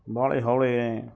ਬਾਹਲੇ ਹੌਲੇ ਹੈ